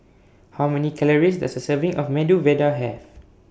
How Many Calories Does A Serving of Medu Vada Have